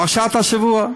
פרשת השבוע,